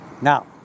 Now